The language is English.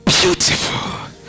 Beautiful